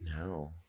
no